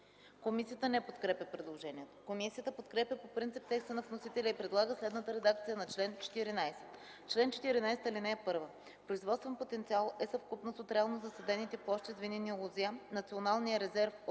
Комисията не подкрепя предложението. Комисията подкрепя по принцип текста на вносителя и предлага следната редакция на чл. 14: „Чл. 14. (1) Производствен потенциал е съвкупност от реално засадените площи с винени лозя, Националния резерв от